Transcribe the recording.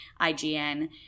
IGN